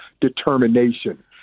determination